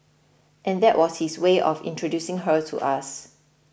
and that was his way of introducing her to us